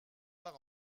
par